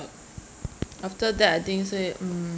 after that I think say mm